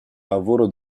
lavoro